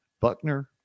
Buckner